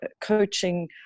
coaching